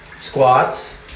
squats